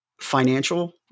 financial